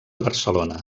barcelona